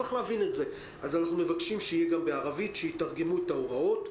אנחנו מבקשים שיתרגמו את ההוראות,